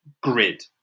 grid